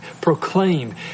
proclaim